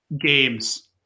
games